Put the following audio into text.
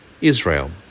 Israel